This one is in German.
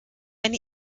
eine